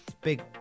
big